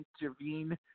intervene